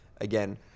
again